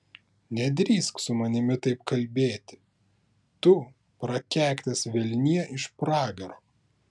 nedrįsk su manimi taip kalbėti tu prakeiktas velnie iš pragaro